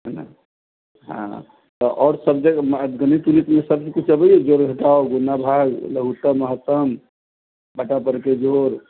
है न हँ त और सब्जेक्ट मैथ गणित ऊणित मे सब कुछ अबैया जोड़ घटाव गुणा भाग लघुत्तम महत्तम बट्टा परके जोड़